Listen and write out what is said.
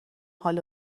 حال